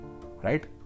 Right